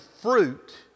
fruit